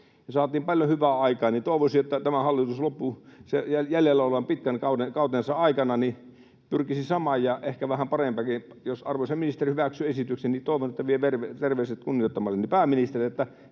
saatiin paljon hyvää aikaan, ja toivoisin, että tämä hallitus jäljellä olevan pitkän kautensa aikana pyrkisi samaan ja ehkä vähän parempaankin. Jos arvoisa ministeri hyväksyy esityksen, niin toivon, että vie terveiset kunnioittamalleni pääministerille,